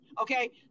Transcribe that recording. Okay